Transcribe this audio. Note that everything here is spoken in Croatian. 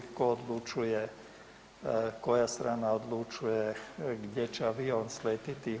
Tko odlučuje, koja strana odlučuje gdje će avion sletjeti?